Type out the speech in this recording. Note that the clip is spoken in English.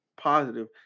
positive